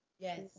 Yes